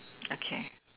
okay